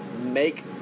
make